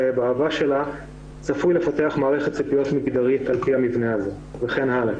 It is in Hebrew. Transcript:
באהבה שלה צפוי לפתח מערכת ציפיות מגדרית על-פי המבנה הזה וכן הלאה,